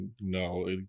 No